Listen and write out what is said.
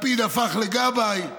לפיד הפך לגבאי.